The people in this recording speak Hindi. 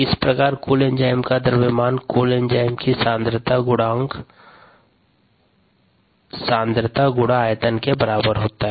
इस प्रकार कुल एंजाइम का द्रव्यमान कुल एंजाइम की सांद्रता गुणा आयरन के बराबर होता हैं